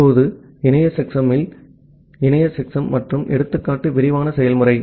இப்போது இணைய செக்சமில் எனவே இணைய செக்சம் மற்றும் எடுத்துக்காட்டு விரிவான செயல்முறை